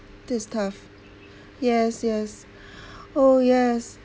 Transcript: this is tough yes yes oh yes